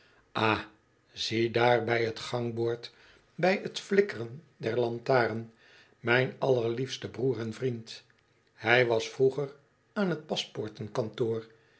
ziedaar bij t gangboord bij t flikkeren der lantaren mijn allerliefste broer en vriend hij was vroeger aan t